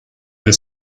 and